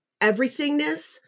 everythingness